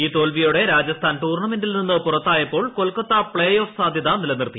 ഈ തോൽവിയോടെ രാജസ്ഥാൻ ടൂർണമെന്റിൽ നിന്ന് പുറത്തായപ്പോൾ കൊൽക്കത്ത പ്ലേ ഓഫ് സാധൃത നിലനിർത്തി